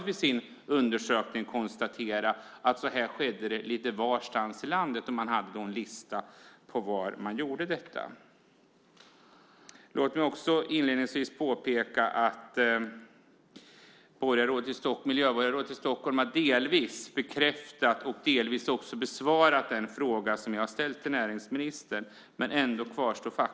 I sin undersökning konstaterade tidningen att detta sker lite varstans i landet. Man visade en lista på var detta görs. Låt mig också inledningsvis påpeka att miljöborgarrådet i Stockholm delvis har bekräftat, delvis också besvarat, den fråga som jag har ställt till näringsministern. Ändå kvarstår faktum.